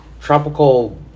Tropical